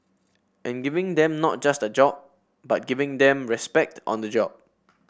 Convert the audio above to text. and giving them not just a job but giving them respect on the job